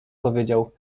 powiedział